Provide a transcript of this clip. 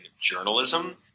journalism –